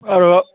আৰু